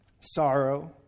Sorrow